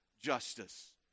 justice